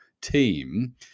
team